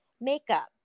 makeup